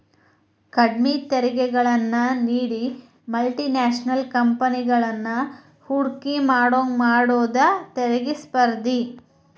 ಕಡ್ಮಿ ತೆರಿಗೆಗಳನ್ನ ನೇಡಿ ಮಲ್ಟಿ ನ್ಯಾಷನಲ್ ಕಂಪೆನಿಗಳನ್ನ ಹೂಡಕಿ ಮಾಡೋಂಗ ಮಾಡುದ ತೆರಿಗಿ ಸ್ಪರ್ಧೆ